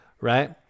right